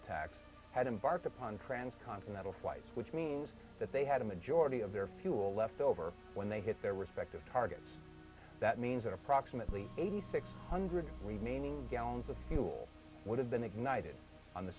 attacks had embarked upon trans continental flight which means that they had a majority of their fuel left over when they hit their respective targets that means that approximately eighty six hundred remaining gallons of fuel would have been ignited on the